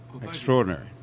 extraordinary